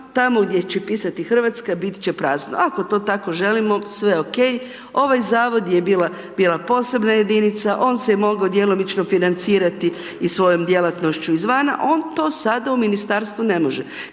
tamo gdje će pisati Hrvatska biti će prazno. Ako to tako želimo sve OK. Ovaj zavod je bila posebna jedinica, on se je mogao djelomično financirati i svojom djelatnošću izvana, on to sada u ministarstvu ne može.